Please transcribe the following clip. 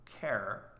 care